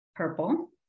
purple